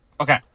Okay